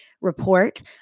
report